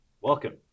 Welcome